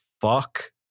fuck